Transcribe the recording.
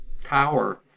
Tower